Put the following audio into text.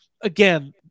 Again